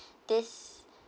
this